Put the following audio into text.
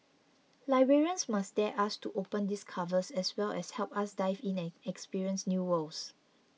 librarians must dare us to open these covers as well as help us dive in and experience new worlds